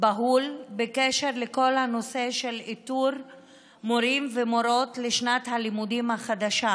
בהול בקשר לכל הנושא של איתור מורים ומורות לשנת הלימודים החדשה,